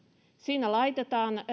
siinä laitetaan